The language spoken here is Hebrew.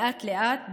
לאט-לאט,